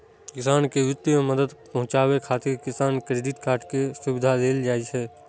किसान कें वित्तीय मदद पहुंचाबै खातिर किसान क्रेडिट कार्ड के सुविधा देल जाइ छै